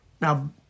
Now